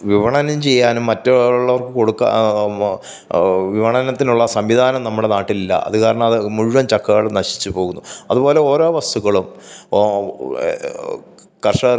വിപണനം ചെയ്യാനും മറ്റുള്ളവർക്ക് കൊടുക്കാൻ വിപണത്തിനുള്ള സംവിധാനം നമ്മുടെ നാട്ടിലില്ല അതുകാരണം അത് മുഴുവൻ ചക്കകളും നശിച്ച് പോകുന്നു അതുപോലെ ഓരോ വസ്തുക്കളും കർഷകർക്ക്